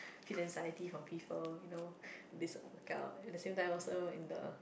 from people you know this would work out at the same time also in the